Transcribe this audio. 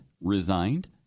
resigned